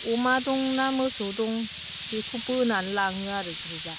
अमा दंना मोसौ दं बेखौ बोनानै लाङो आरो ग्रुपा